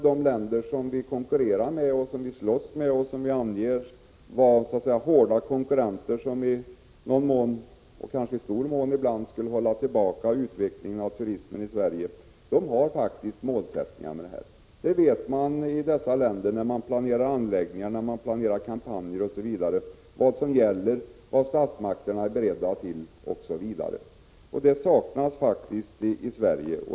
De länder som vi anger som våra hårda konkurrenter och som i någon mån, ibland kanske i stor mån, skulle vilja hålla tillbaka utvecklingen av turismen i Sverige har faktiskt satt upp mål för sin verksamhet. Dessa utgår man i de länderna från när man planerar anläggningar, kampanjer osv. Man vet vilka insatser statsmakterna är beredda att göra osv. Något sådant saknas faktiskt i Sverige.